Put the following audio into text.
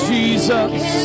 Jesus